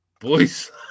boys